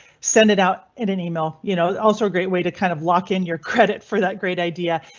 send it out in an email. you know also a great way to kind of lock in your credit for that great idea.